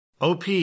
OP